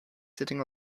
sitting